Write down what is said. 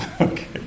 Okay